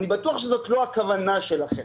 אני בטוח שזאת לא הכוונה שלכם.